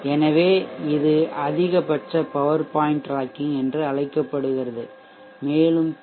எனவே இது அதிகபட்ச பவர் பாயிண்ட் டிராக்கிங் என்று அழைக்கப்படுகிறது மேலும் பி